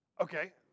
Okay